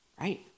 right